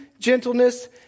Gentleness